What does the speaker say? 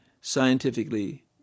scientifically